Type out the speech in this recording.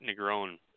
Negron